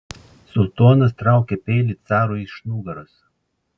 sultonas traukia peilį carui iš nugaros